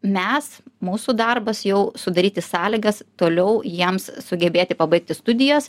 mes mūsų darbas jau sudaryti sąlygas toliau jiems sugebėti pabaigti studijas